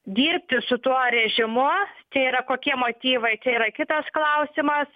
dirbti su tuo režimu čia yra kokie motyvai čia yra kitas klausimas